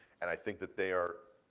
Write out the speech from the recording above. and i think that they are